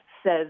says